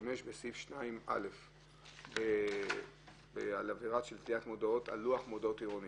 ישתמש בסעיף 2(א) על עבירה של תליית מודעות על לוח מודעות עירוני,